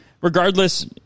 Regardless